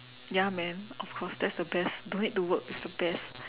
ya man of course that's the best don't need to work it's the best